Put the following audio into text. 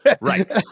right